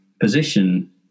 position